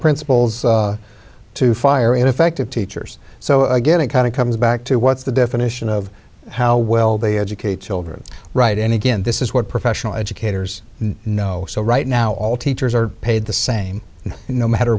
principals to fire ineffective teachers so again it kind of comes back to what's the definition of how well they educate children right and again this is what professional educators know so right now all teachers are paid the same no matter